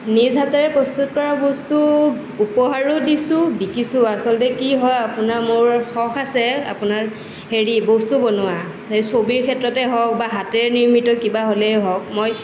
নিজ হাতেৰে প্ৰস্তুত কৰা বস্তু উপহাৰো দিছোঁ বিকিছোও আচলতে কি হয় আপোনাৰ মোৰ চখ আছে আপোনাৰ হেৰি বস্তু বনোৱা ছবিৰ ক্ষেত্ৰতে হওক বা হাতেৰে নিৰ্মিত কিবা হ'লেই হওক মই